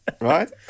Right